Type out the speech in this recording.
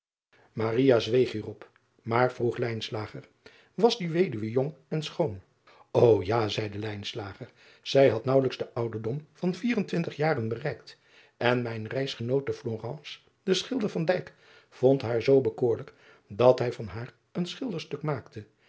zweeg hierop maar vroeg as die weduwe jong en schoon o a zeide zij had naauwelijks den ouderdom van vier-en-twintig jaren bereikt en mijn reisgenoot te lorence de schilder vond haar zoo bekoorlijk dat hij van haar een schilderstuk maakte